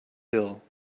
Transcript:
hill